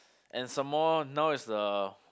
and some more now is the